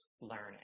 learning